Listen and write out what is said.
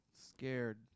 scared